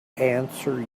answer